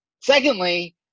Secondly